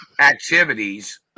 activities